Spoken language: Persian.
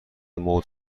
موج